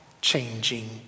changing